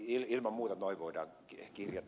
ilman muuta noin voidaan kirjata